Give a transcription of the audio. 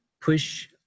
push